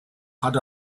had